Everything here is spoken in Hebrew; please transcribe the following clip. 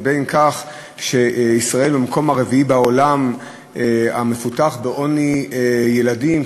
לבין כך שישראל במקום הרביעי בעולם המפותח בעוני של ילדים,